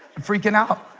and freaking out